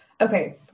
Okay